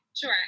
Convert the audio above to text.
Sure